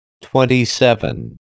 Twenty-seven